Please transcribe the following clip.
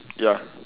ya